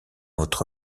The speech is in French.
votre